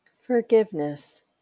Forgiveness